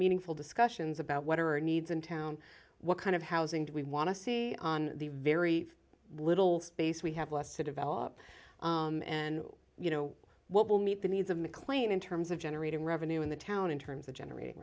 meaningful discussions about what are or needs in town what kind of housing do we want to see on the very little space we have less to develop and you know what will meet the needs of mclean in terms of generating revenue in the town in terms of generat